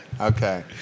Okay